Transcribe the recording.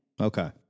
Okay